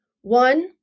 One